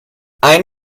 ein